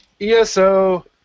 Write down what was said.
ESO